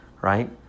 right